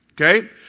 Okay